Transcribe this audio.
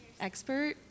Expert